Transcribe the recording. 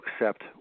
accept